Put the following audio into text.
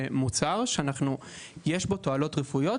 במוצר שיש בו תועלות רפואיות,